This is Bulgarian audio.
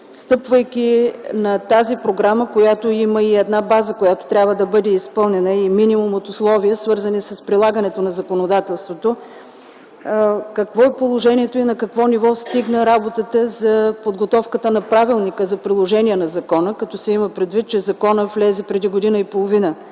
стъпвайки на тази програма, която има и една база, която трябва да бъде изпълнена, и минимум от условия, свързани с прилагането на законодателството, какво е положението и на какво ниво стигна работата за подготовката на правилника за приложение на закона, като се има предвид, че той влезе в действие преди година и половина?